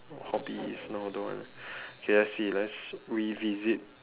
hobbies no don't want okay let's see let's revisit